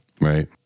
Right